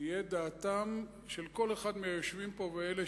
תהיה דעתם של כל אחד מהיושבים פה ואלה